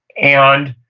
and